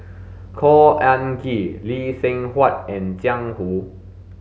Khor Ean Ghee Lee Seng Huat and Jiang Hu